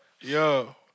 yo